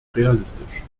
realistisch